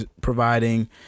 providing